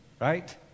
Right